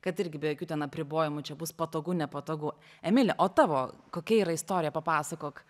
kad irgi be jokių ten apribojimų čia bus patogu nepatogu emili o tavo kokia yra istorija papasakok